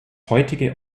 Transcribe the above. heutige